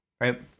right